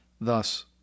Thus